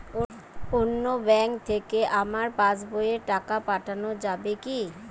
অন্য ব্যাঙ্ক থেকে আমার পাশবইয়ে টাকা পাঠানো যাবে কি?